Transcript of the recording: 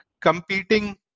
competing